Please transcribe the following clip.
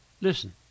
listen